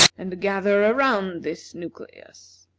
and gather around this nucleus,